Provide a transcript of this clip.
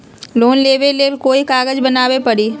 Loan लेबे ले कोई कागज बनाने परी?